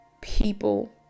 people